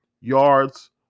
yards